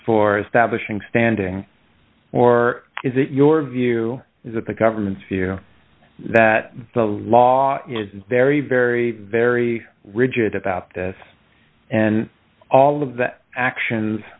establishing standing or is it your view is that the government's view that the law is very very very rigid about this and all of the actions